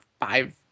five